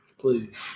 Please